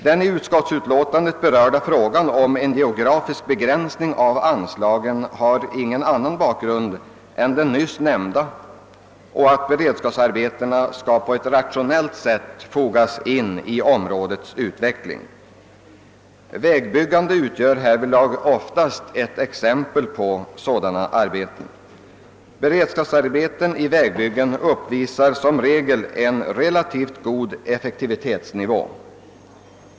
Den i utskottsutlåtandet berörda frågan om en geografisk begränsning av anslagen har ingen annan bakgrund än den nyss nämnda; målsättningen är att beredskapsarbetena skall på ett rationellt sätt fogas in i områdets utveckling. Vägbyggandet utgör ett vanligt exempel på sådana arbeten. Beredskapsarbeten i vägbyggande uppvisar som regel en relativt god effektivitetsnivå.